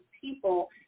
people